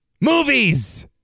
Movies